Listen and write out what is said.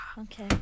Okay